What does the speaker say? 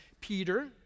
Peter